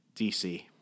DC